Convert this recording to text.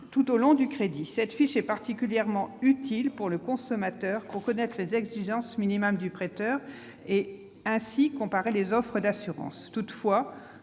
tout au long du crédit. Elle est particulièrement utile au consommateur pour connaître les exigences minimales du prêteur et, ainsi, comparer les offres d'assurance.